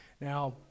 Now